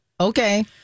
Okay